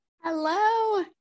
Hello